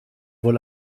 wohl